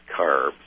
carbs